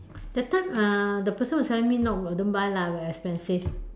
that time uh the person was telling me not worth don't buy lah very expensive